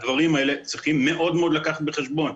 את הדברים האלה צריך מאוד לקחת בחשבון.